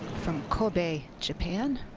from kobe, japan.